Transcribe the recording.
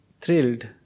thrilled